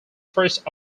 first